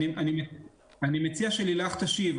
האם זה הדמות של השוטר?